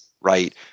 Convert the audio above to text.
right